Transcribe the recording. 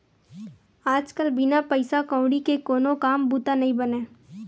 आज कल बिन पइसा कउड़ी के कोनो काम बूता नइ बनय